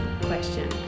question